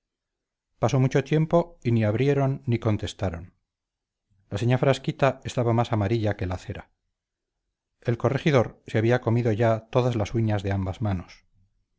pasó mucho tiempo y ni abrieron ni contestaron la señá frasquita estaba más amarilla que la cera el corregidor se había comido ya todas las uñas de ambas manos